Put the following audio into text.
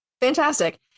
fantastic